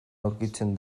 aurkitzen